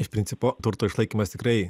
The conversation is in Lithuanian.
iš principo turto išlaikymas tikrai